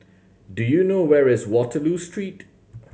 do you know where is Waterloo Street